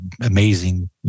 amazing